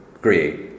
create